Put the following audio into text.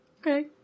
Okay